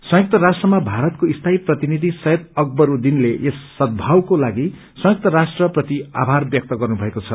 संयुक्त राष्ट्रमा भारतको स्थायी प्रतिनिधि सैयद अकबरउद्धिनले यस सदृभावको लागिसंयुक्त राष्ट्र प्रति आभार व्यक्त गर्नुभएको छ